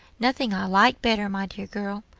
nothing i like better, my dear girl.